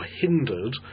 hindered